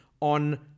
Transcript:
on